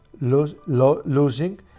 losing